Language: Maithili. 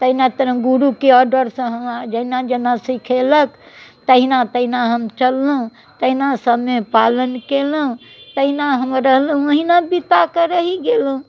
तेहिना तेहिना गुरूके ऑर्डरसॅं जेना जेना सिखेलैथि तेहिना तेहिना हम चललहुँ तेहिना समय पालन केलहुॉं तेहिना हम रहलहुॅं ओहिना बिताके रहि गेलहुॅं